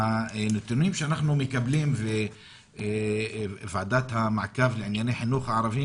הנתונים שאנחנו מקבלים בוועדת המעקב לענייני חינוך ערבי